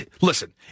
listen